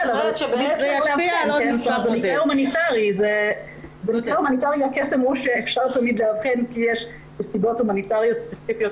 סיוע הומניטרי הוא תמיד מסיבות ספציפיות